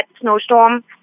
snowstorm